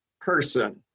person